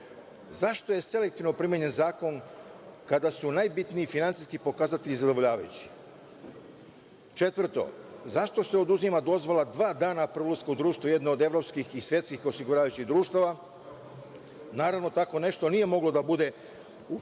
zašto je selektivno primenjen zakon, kada su najbitniji finansijski pokazatelji zadovoljavajući? Četvrto, zašto se oduzima dozvola dva dana pre ulaska u društvo jedne od evropskih i svetskih osiguravajućih društava? Naravno, tako nešto nije moglo da bude u sektoru